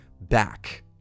back